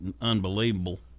unbelievable